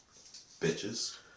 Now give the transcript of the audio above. Bitches